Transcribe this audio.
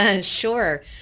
Sure